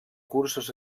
cursos